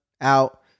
out